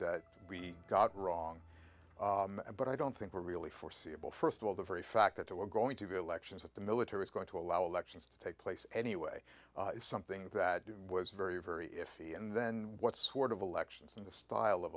that we got wrong but i don't think were really foreseeable first of all the very fact that there were going to be elections that the military is going to allow elections to take place anyway something that was very very iffy and then what sort of elections in the style of